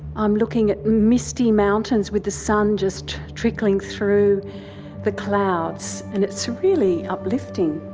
i'm looking at misty mountains with the sun just trickling through the clouds, and it's really uplifting.